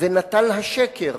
ונטל השקר